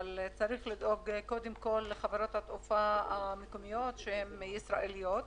אבל צריך לדאוג קודם כל לחברות התעופה המקומיות שהן ישראליות.